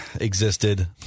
existed